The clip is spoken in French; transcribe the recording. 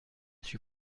suis